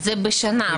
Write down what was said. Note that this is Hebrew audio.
זה בשנה.